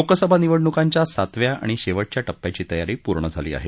लोकसभा निवडणूकांच्या सातव्या आणि शेवटच्या टप्प्याची तयारी पूर्ण झाली आहे